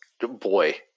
boy